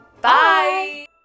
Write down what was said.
Bye